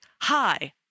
hi